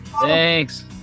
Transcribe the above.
Thanks